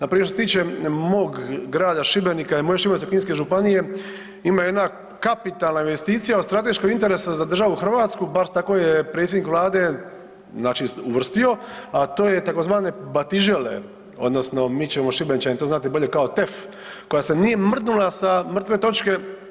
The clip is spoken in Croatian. Npr. što se tiče mog grada Šibenika i moje Šibensko-kninske županije ima jedna kapitalna investicija od strateškog interesa za državu Hrvatsku, bar tako je predsjednik vlade, znači uvrstio, a to je tzv. batižele odnosno mi ćemo Šibenčani to znati bolje kao tef koja se nije mrdnula sa mrtve točke.